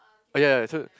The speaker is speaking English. ah ya ya so